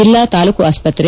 ಜಿಲ್ಲಾ ತಾಲೂಕು ಆಸ್ಪತ್ರೆ